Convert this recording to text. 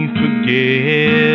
forget